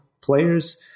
players